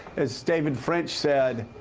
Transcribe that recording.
as david french said,